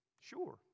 Sure